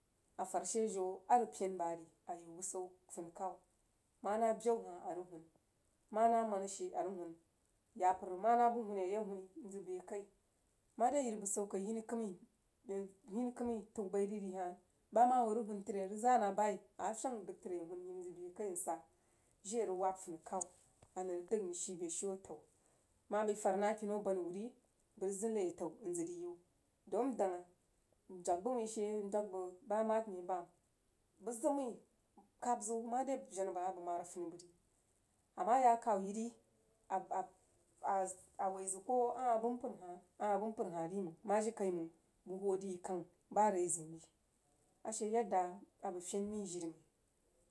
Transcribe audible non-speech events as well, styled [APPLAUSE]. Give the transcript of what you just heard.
A fahd she hiu a ry pen bah ri a yen basau funikhaw manah bəu a rig hunu manah mannah she a i rig huun yapər mahah buh huni a yag hun mho bəi a kəi mare yiri busau kai, hini kəmai huni komei təu bai rig ri hah bəg mah hwa rig huun tri a rig za nah bai a mah fyang ndəg tri a zəg huun hini nhoo bəi a kai ansah jiri a rig wahb furikhaw a nang rig dəg mrig shii beshiu afan mah bəi fad nah kinau bani wuh ri bəg rig zəg ki-aku mzəg rig yi wuh daun ndangha ndog buh she ndog bəg bah mahd mai bahm bəg zəg mai kabzəu mare henah bəg a bəg mahd a furi bəg ri a mah yah a khaw yi ri [HESITATION] woi zəg koh ahah bəg npər hah a hah bəg npər hah ri mang mah jirikai mang bəg huə dri yi kang bah rezəun ri ashe yadda a bəg fyen mai jiri mai